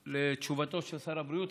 לתשובתו של שר הבריאות,